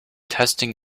testing